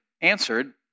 answered